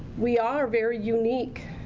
we are very unique.